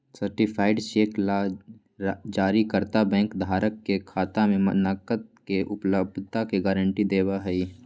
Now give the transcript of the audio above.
certified cheque ला जारीकर्ता bank धारक के खाता में नकद के उपलब्धता के गारंटी देवा हई